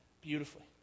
beautifully